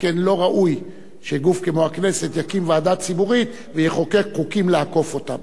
שכן לא ראוי שגוף כמו הכנסת יקים ועדה ציבורית ויחוקק חוקים לעקוף אותה.